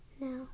No